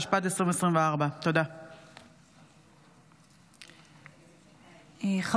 התשפ"ד 2024. תודה.